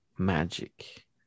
Magic